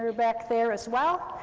back there, as well,